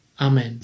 Amen